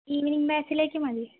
evening ബാച്ചിലേക്ക് മതി